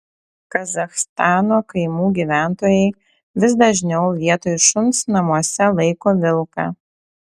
kazachstano kaimų gyventojai vis dažniau vietoj šuns namuose laiko vilką